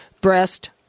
breast